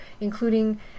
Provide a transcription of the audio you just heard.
including